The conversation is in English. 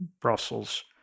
Brussels